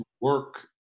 work